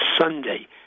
Sunday